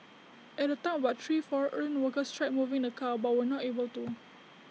at the time about three foreign workers tried moving the car but were not able to